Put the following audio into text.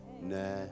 Nah